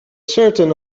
certain